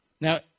Now